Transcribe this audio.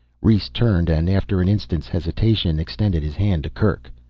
rhes turned and after an instant's hesitation, extended his hand to kerk.